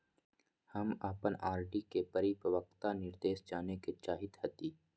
हम अपन आर.डी के परिपक्वता निर्देश जाने के चाहईत हती